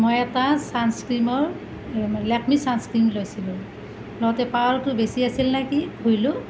মই এটা চানস্ক্ৰীণৰ লেকমি চানস্ক্ৰীণ লৈছিলোঁ লওঁতে পাৱাৰটো বেছি আছিল নেকি ঘঁহিলোঁ